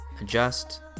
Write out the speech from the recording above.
adjust